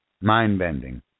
mind-bending